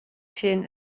sin